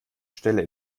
stelle